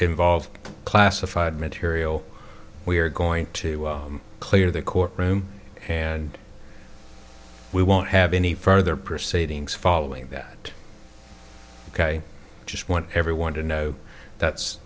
involves classified material we are going to clear the court room and we won't have any further proceedings following that ok i just want everyone to know that's